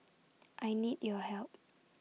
I need your help